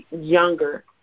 younger